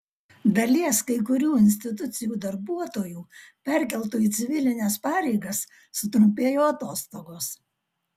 dalies kai kurių institucijų darbuotojų perkeltų į civilines pareigas sutrumpėjo atostogos